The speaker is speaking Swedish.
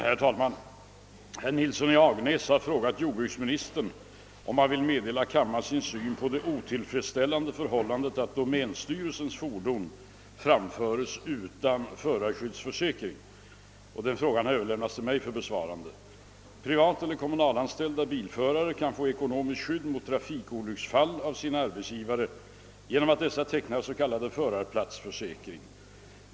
Herr talman! Herr Nilsson i Agnäs har frågat jordbruksministern om han vill meddela kammaren sin syn på det otillfredsställande förhållandet att domänstyrelsens fordon framförs utan förarskyddsförsäkring. Frågan har överlämnats till mig för besvarande. Privateller kommunalanställda bilförare kan få ekonomiskt skydd mot trafikolycksfall av sina arbetsgivare genom att dessa tecknar s.k. förarplatsförsäkring.